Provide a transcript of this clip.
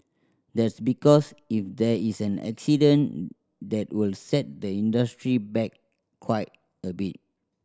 that's because if there is an accident that will set the industry back quite a bit